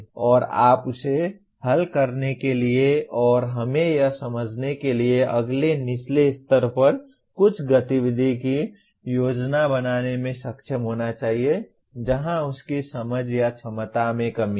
और आप उसे हल करने के लिए और हमें यह समझने के लिए अगले निचले स्तर पर कुछ गतिविधि की योजना बनाने में सक्षम होना चाहिए जहां उसकी समझ या क्षमता में कमी है